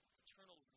eternal